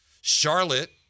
Charlotte